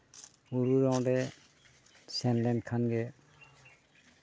ᱵᱩᱨᱩ ᱨᱮ ᱚᱸᱰᱮ ᱥᱮᱱ ᱞᱮᱱᱠᱷᱟᱱ ᱜᱮ